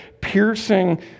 piercing